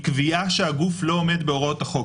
היא קביעה שהגוף לא עומד בהוראות החוק.